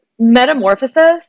Metamorphosis